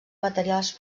materials